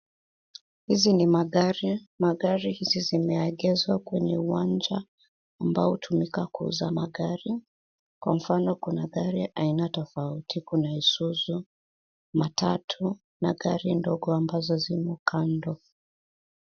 Hizi ni magari. Magari hizi zimeegeshwa kwenye uwanja ambao hutumika kuuza magari. Kwa mfano, kuna gari aina tofauti, kuna Isuzu, matatu na gari ndogo ambazo zimo kando.